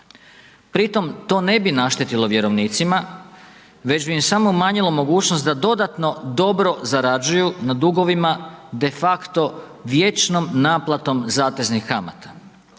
Pri tom to ne bi naštetilo vjerovnicima, već bi im samo umanjilo mogućnost da dodatno dobro zarađuju na dugovima de facto vječnom naplatom zateznih kamata.